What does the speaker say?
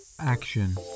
action